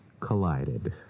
collided